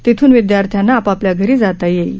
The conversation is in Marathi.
तिथून विद्यार्थ्यांना आपापल्या घरी जाता येईल